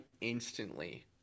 instantly